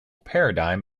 paradigm